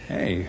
Hey